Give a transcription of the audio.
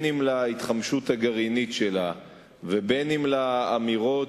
אם להתחמשות הגרעינית שלה ואם לאמירות